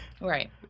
Right